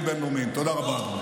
עם עופר כסיף,